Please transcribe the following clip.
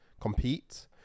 compete